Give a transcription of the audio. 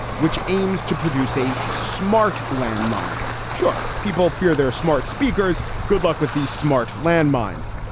which aims to produce a smart landmine. sure, people fear they're smart speakers. good luck with these smart landmines.